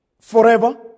forever